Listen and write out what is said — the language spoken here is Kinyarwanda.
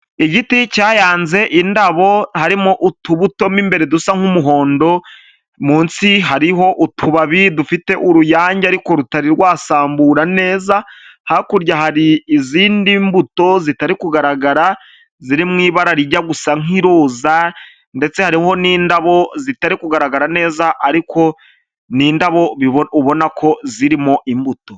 Igiti cyayanze indabo, harimo utubuto mu imbere dusa nk'umuhondo, mu nsi hariho utubabi dufite uruyange ariko rutari rwasambura neza, hakurya hari izindi mbuto zitari kugaragara ziri mu ibara rijya gusa nk'iroza ndetse hariho n'indabo zitari kugaragara neza ariko n'indabo ubona ko zirimo imbuto.